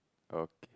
okay